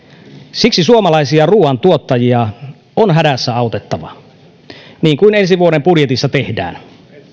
siksi suomalaisia ruuantuottajia on hädässä autettava niin kuin ensi vuoden budjetissa tehdään